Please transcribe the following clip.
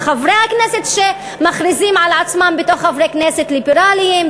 כל חברי הכנסת שמכריזים על עצמם בתור חברי כנסת ליברליים,